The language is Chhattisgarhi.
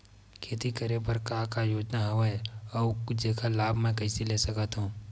खेती करे बर का का योजना हवय अउ जेखर लाभ मैं कइसे ले सकत हव?